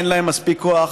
ואין להם מספיק כוח